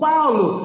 Paulo